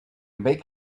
make